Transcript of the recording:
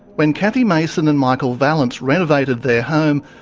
when cathy mason and michael vallance renovated their home,